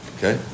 Okay